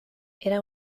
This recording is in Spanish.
era